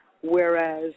whereas